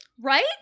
Right